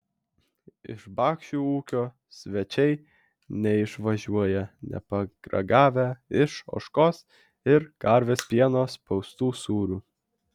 iš bakšių ūkio svečiai neišvažiuoja neparagavę iš ožkos ir karvės pieno spaustų sūrių